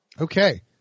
okay